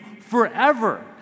forever